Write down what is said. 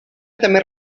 també